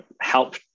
help